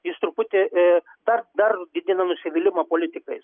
jis truputį tar dar didina nusivylimą politikais